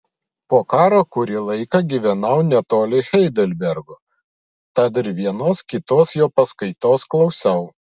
po karo kurį laiką gyvenau netoli heidelbergo tad ir vienos kitos jo paskaitos klausiau